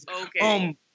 Okay